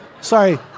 sorry